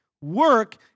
work